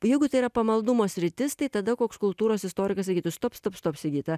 jeigu tai yra pamaldumo sritis tai tada koks kultūros istorikas sakytų stop stop stop sigita